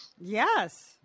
Yes